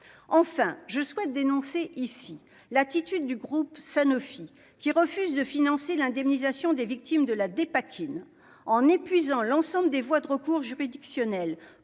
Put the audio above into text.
enfin je souhaite dénoncer ici l'attitude du groupe Sanofi qui refuse de financer l'indemnisation des victimes de la dépakine en épuisant l'ensemble des voies de recours juridictionnel